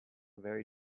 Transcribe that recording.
very